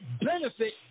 benefit